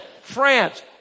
France